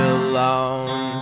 alone